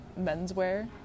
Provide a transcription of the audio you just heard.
menswear